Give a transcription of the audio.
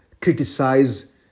criticize